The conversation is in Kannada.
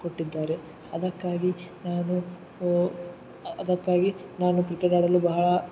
ಕೊಟ್ಟಿದ್ದಾರೆ ಅದಕ್ಕಾಗಿ ನಾನು ಅದಕ್ಕಾಗಿ ನಾನು ಕ್ರಿಕೆಟ್ ಆಡಲು ಬಹಳ